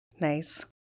Nice